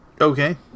Okay